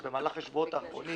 במהלך השבועות האחרונים